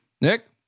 Nick